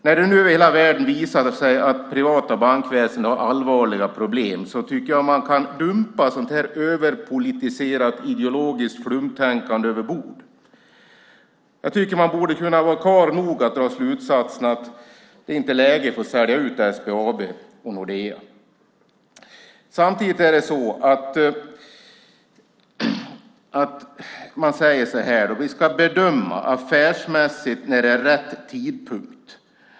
När det nu i hela världen visar sig att det privata bankväsendet har allvarliga problem tycker jag att man kan dumpa överpolitiserat ideologiskt flumtänkande över bord. Man borde kunna vara karl nog att dra slutsatsen att det inte är läge att sälja ut SBAB och Nordea. Samtidigt säger man att man affärsmässigt ska bedöma när det är rätt tidpunkt.